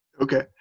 Okay